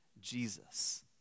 Jesus